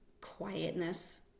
quietness